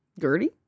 Gertie